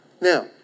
Now